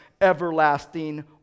everlasting